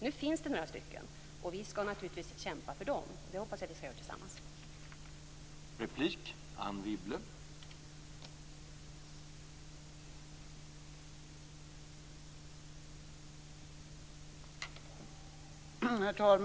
Nu finns det några stycken, och vi skall naturligtvis kämpa för dem. Det hoppas jag att vi skall göra tillsammans.